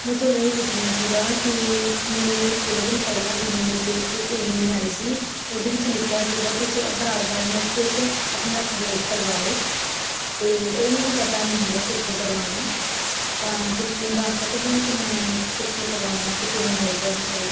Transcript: ਮੈਂ ਤੁਹਾਨੂੰ ਇਹ ਪੁੱਛਣਾ ਸੀਗਾ ਕਿ ਮੈਨੂੰ ਥੋੜ੍ਹੇ ਦਿਨ ਪਹਿਲਾਂ ਈਮੇਲ ਦੇ ਇੱਕ ਈਮੇਲ ਆਈ ਸੀ ਉਹਦੇ ਵਿੱਚ ਲਿਖਿਆ ਸੀਗਾ ਤੁਸੀਂ ਆਧਾਰ ਬਾਇਓਮੈਟਰਿਕ ਆਪਣਾ ਅਪਡੇਟ ਕਰਵਾਓ ਅਤੇ ਉਹ ਮੈਨੂੰ ਪਤਾ ਨਹੀਂ ਹੈ ਕਿੱਥੋਂ ਕਰਵਾਉਣਾ ਤਾਂ ਤੁਸੀਂ ਮੈਨੂੰ ਦੱਸ ਸਕਦੇ ਹੋ ਕਿ ਮੈਂ ਕਿੱਥੋਂ ਕਰਵਾਵਾਂ ਅਤੇ ਕਿਵੇਂ ਹੋਊਗਾ ਇਹ ਸਹੀ